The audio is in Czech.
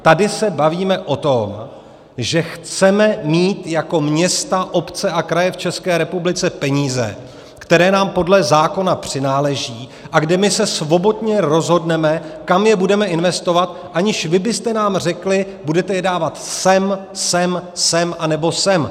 Tady se bavíme o tom, že chceme mít jako města, obce a kraje v České republice peníze, které nám podle zákona přináleží a kdy my se svobodně rozhodneme, kam je budeme investovat, aniž vy byste nám řekli: budete je dávat sem, sem, sem, anebo sem.